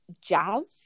jazz